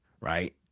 right